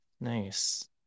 Nice